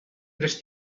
tres